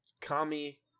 Kami